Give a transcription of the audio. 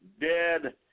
dead